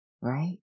right